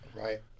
Right